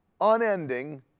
unending